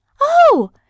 Oh